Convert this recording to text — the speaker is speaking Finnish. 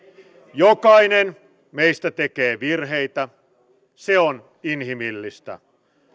jokainen meistä tekee virheitä se on inhimillistä